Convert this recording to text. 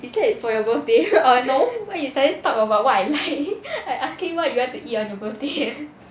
is that for your birthday or why you suddenly talk about what I like to eat I asking you what you want to eat on your birthday